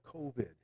COVID